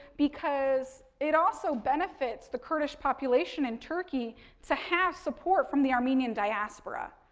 because it also benefits the kurdish population in turkey to have support from the armenian diaspora.